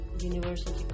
university